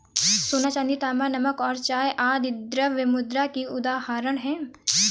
सोना, चांदी, तांबा, नमक और चाय आदि द्रव्य मुद्रा की उदाहरण हैं